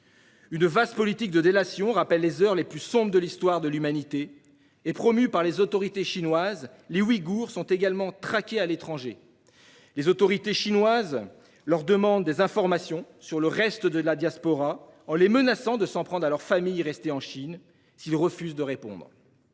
Une vaste politique de délation, qui rappelle les heures les plus sombres de l'histoire de l'humanité, est promue par les autorités chinoises. Les Ouïghours sont également traqués à l'étranger, les autorités chinoises leur demandant des informations sur le reste de la diaspora et les menaçant de s'en prendre à leur famille restée en Chine s'ils refusent de répondre.